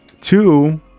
Two